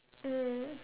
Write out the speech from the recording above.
mm